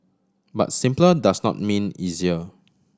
but simpler does not mean easier